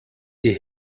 die